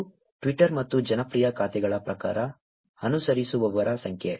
ಇದು ಟ್ವಿಟರ್ ಮತ್ತು ಜನಪ್ರಿಯ ಖಾತೆಗಳ ಪ್ರಕಾರ ಅನುಸರಿಸುವವರ ಸಂಖ್ಯೆ